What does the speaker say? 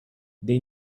they